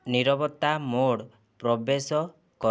ନିରବତ୍ତା mode ପ୍ରବେଶ କର